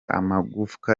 amagufwa